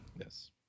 Yes